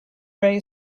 ray